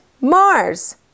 Mars